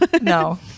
No